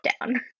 down